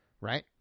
Right